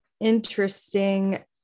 interesting